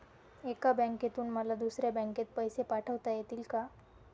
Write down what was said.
एका बँकेतून मला दुसऱ्या बँकेत पैसे पाठवता येतील का?